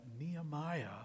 Nehemiah